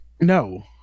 No